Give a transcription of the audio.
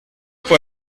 fue